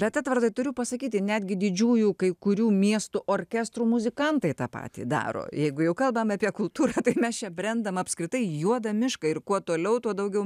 bet edvardai turiu pasakyti netgi didžiųjų kai kurių miestų orkestrų muzikantai tą patį daro jeigu jau kalbam apie kultūrą taip mes čia brendama apskritai juodą mišką ir kuo toliau tuo daugiau